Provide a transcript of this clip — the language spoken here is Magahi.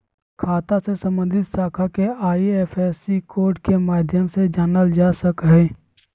खाता से सम्बन्धित शाखा के आई.एफ.एस.सी कोड के माध्यम से जानल जा सक हइ